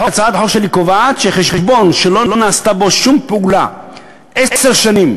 הצעת החוק שלי קובעת שחשבון שלא נעשתה בו שום פעולה עשר שנים